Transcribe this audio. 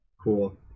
Cool